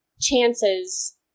chances